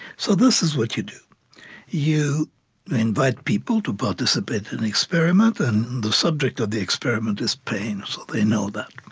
so this is what you do you invite people to participate in an experiment, and the subject of the experiment is pain. so they know that.